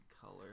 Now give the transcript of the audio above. color